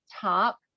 top